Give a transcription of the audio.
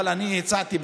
אבל אני בסוף הצעתי,